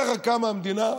ככה קמה המדינה.